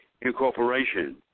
incorporation